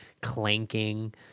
clanking